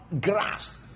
grass